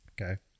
Okay